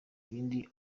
n’irindi